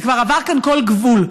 זה כבר עבר כאן כל גבול.